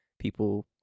people